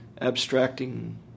abstracting